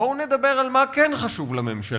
בואו נדבר על מה כן חשוב לממשלה.